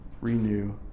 Renew